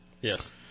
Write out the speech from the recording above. Yes